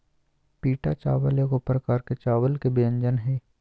पीटा चावल एगो प्रकार के चावल के व्यंजन हइ